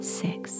six